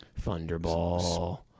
Thunderball